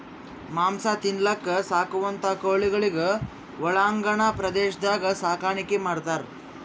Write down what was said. ಮಾಂಸ ತಿನಲಕ್ಕ್ ಸಾಕುವಂಥಾ ಕೋಳಿಗೊಳಿಗ್ ಒಳಾಂಗಣ ಪ್ರದೇಶದಾಗ್ ಸಾಕಾಣಿಕೆ ಮಾಡ್ತಾರ್